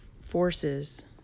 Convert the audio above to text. forces